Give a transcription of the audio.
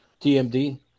TMD